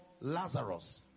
Lazarus